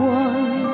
one